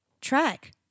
track